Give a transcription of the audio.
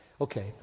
Okay